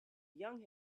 young